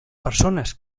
persones